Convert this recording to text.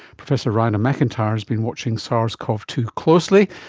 professor raina macintyre has been watching sars cov two closely.